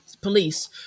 police